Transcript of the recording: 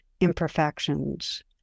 imperfections